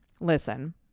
listen